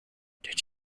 did